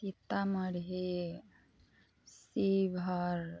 Sitamarhi Sheohar